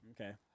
Okay